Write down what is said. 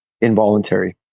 involuntary